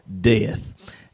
death